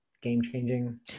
game-changing